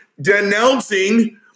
denouncing